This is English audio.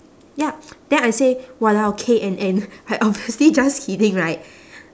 ya then I say !walao! K_N_N I obviously just kidding right